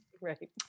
Right